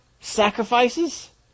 sacrifices